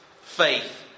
faith